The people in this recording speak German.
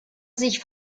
sich